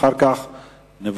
אחר כך נצביע.